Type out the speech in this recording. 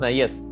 yes